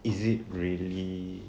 is it really